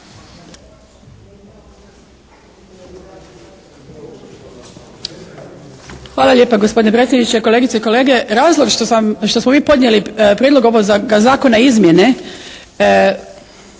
Hvala lijepa gospodine predsjedniče. Kolegice i kolege razlog što smo mi podnijeli prijedlog ovoga zakona, izmjene